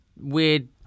weird